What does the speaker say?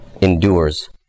endures